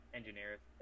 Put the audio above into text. engineers